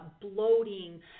bloating